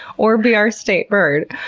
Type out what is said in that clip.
or be our state bird.